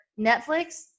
Netflix